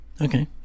okay